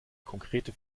konkrete